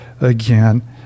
again